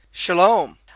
Shalom